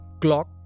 clock